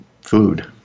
food